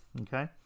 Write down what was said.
Okay